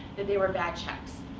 that they were bad checks.